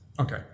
Okay